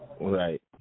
right